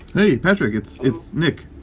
hey, patrick, it's it's nick.